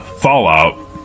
fallout